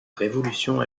révolution